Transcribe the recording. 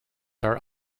are